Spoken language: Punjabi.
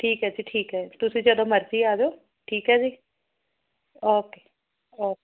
ਠੀਕ ਹੈ ਜੀ ਠੀਕ ਹੈ ਤੁਸੀਂ ਜਦੋਂ ਮਰਜ਼ੀ ਆ ਜਾਓ ਠੀਕ ਹੈ ਜੀ ਓਕੇ ਓਕੇ